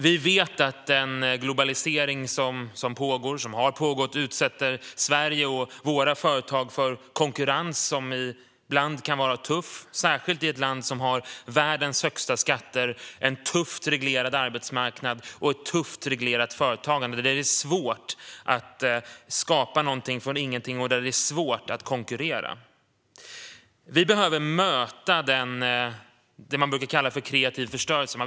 Vi vet att den globalisering som pågår och som har pågått utsätter Sverige och våra företag för konkurrens som ibland kan vara tuff, särskilt för ett land som har världens högsta skatter, en tufft reglerad arbetsmarknad och ett tufft reglerat företagande. Detta gör det svårt att skapa någonting från ingenting och svårt att konkurrera. Det är det här man brukar kalla för kreativ förstörelse.